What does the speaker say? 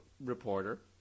reporter